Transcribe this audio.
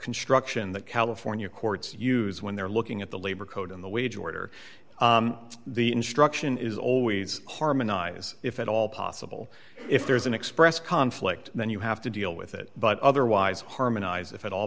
construction that california courts use when they're looking at the labor code in the wage order the instruction is always harmonize if at all possible if there is an express conflict then you have to deal with it but otherwise harmonize if at all